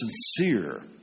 sincere